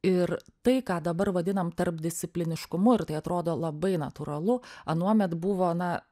ir tai ką dabar vadinam tarpdiscipliniškumu ir tai atrodo labai natūralu anuomet buvo na